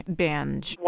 binge